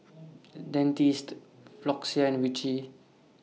Dentiste Floxia and Vichy